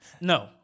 No